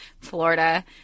Florida